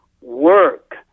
work